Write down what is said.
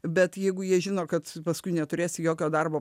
bet jeigu jie žino kad paskui neturės jokio darbo